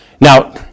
Now